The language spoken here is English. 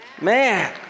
man